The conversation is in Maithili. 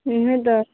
नहि तऽ